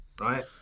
right